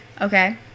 Okay